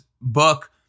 book